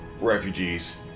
Refugees